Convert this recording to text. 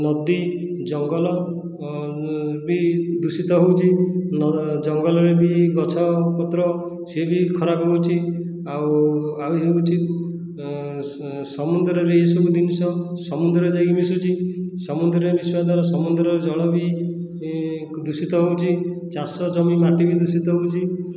ନଦୀ ଜଙ୍ଗଲ ବି ଦୂଷିତ ହେଉଛି ଜଙ୍ଗଲରେ ବି ଗଛ ପତ୍ର ସିଏବି ଖରାପ ହେଉଛି ଆଉ ଆହୁରି ହେଉଛି ସମୁଦ୍ରରେ ଏହିସବୁ ଜିନିଷ ସମୁଦ୍ରରେ ଯାଇକି ବି ସେଇଠି ସମୁଦ୍ରରେ ମିଶିବା ଦ୍ୱାରା ସମୁଦ୍ରର ଜଳ ବି ଦୂଷିତ ହେଉଛି ଚାଷ ଜମି ମାଟି ବି ଦୂଷିତ ହେଉଛି